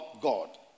God